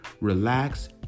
relax